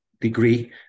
degree